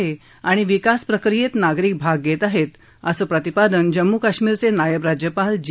आहे आणि विकासप्रक्रियेत नागरिक भाग घेत आहेत असं प्रतिपादन जम्मू काश्मीरचे नायब राज्यपाल जी